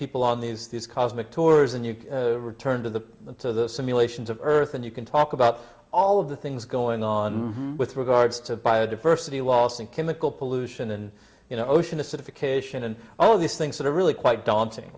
people on these these cosmic tours and you return to the simulations of earth and you can talk about all of the things going on with regards to biodiversity loss and chemical pollution and you know ocean acidification and all of these things that are really quite daunting